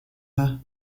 her